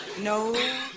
No